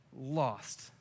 lost